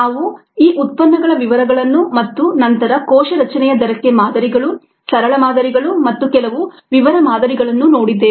ನಾವು ಈ ಉತ್ಪನ್ನಗಳ ವಿವರಗಳನ್ನು ಮತ್ತು ನಂತರ ಕೋಶ ರಚನೆಯ ದರಕ್ಕೆ ಮಾದರಿಗಳು ಸರಳ ಮಾದರಿಗಳು ಮತ್ತು ಕೆಲವು ವಿವರ ಮಾದರಿಗಳನ್ನು ನೋಡಿದ್ದೇವೆ